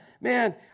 man